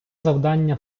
завдання